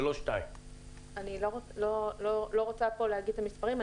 ולא 2. אני לא רוצה פה להגיד את המספרים.